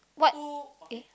what eh